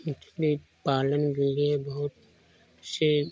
मछली पालन के लिए बहुत से